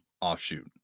offshoot